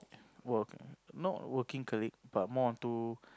work not working colleague but more onto